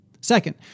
Second